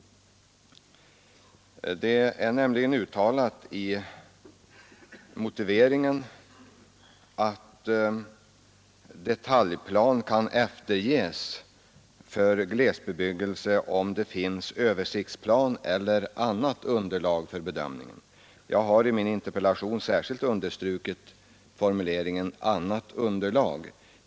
I motiveringen till riksdagsbeslutet är uttalat att kravet på detaljplan för glesbebyggelse kan eftergivas om det finns översiktsplaner eller annat underlag för bedömningen. Jag har i min interpellation särskilt understrukit formuleringen ”annat underlag”.